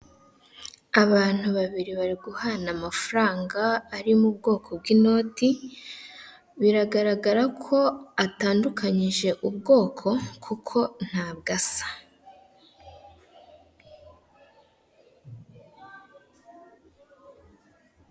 Abantu babiri bari guhana amafaranga ari m'ubwoko bw'inoti biragaragara ko atandukanyije ubwoko kuko ntabwo asa.